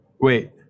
Wait